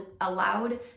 allowed